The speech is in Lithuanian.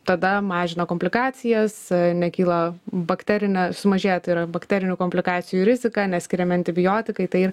tada mažina komplikacijas nekyla bakterinė sumažėja tai yra bakterinių komplikacijų rizika neskiriami antibiotikai tai ir